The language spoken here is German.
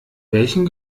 welchem